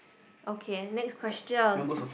okay next question